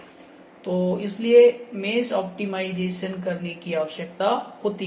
तो इसलिए mesh optimise करने की आवश्यकता होती है